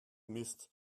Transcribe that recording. mist